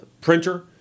printer